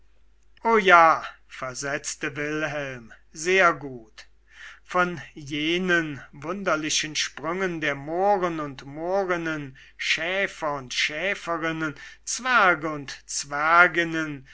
o ja versetzte wilhelm sehr gut von jenen wunderlichen sprüngen der mohren und mohrinnen schäfer und schäferinnen zwerge und zwerginnen